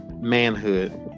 manhood